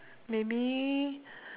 maybe